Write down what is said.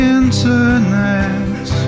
internet